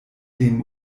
dem